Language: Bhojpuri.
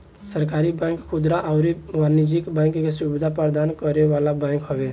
सहकारी बैंक खुदरा अउरी वाणिज्यिक बैंकिंग के सुविधा प्रदान करे वाला बैंक हवे